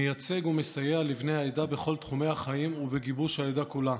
מייצג ומסייע לבני העדה בכל תחומי החיים ובגיבוש העדה כולה.